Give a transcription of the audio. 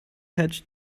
hatch